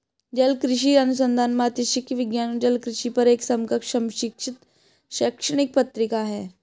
जलकृषि अनुसंधान मात्स्यिकी विज्ञान और जलकृषि पर एक समकक्ष समीक्षित शैक्षणिक पत्रिका है